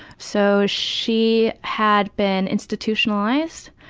so she had been institutionalized.